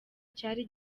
cyari